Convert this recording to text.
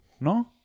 No